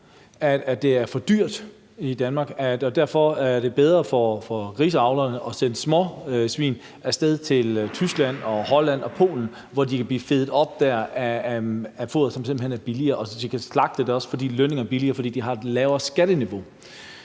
at det er for dyrt i Danmark, og at det derfor er bedre for griseavlerne at sende småsvin af sted til Tyskland, Holland og Polen, hvor de kan blive fedet op med foder, som simpelt hen er billigere, og så de også kan blive slagtet dér, for lønningerne er lavere, fordi de har et lavere skatteniveau.